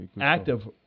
active